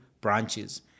branches